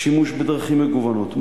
שימוש בדרכים מגוונות,